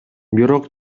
бирок